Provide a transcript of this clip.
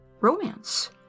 romance